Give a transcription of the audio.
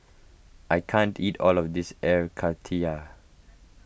I can't eat all of this Air Karthira